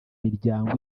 miryango